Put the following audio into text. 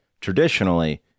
traditionally